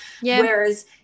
whereas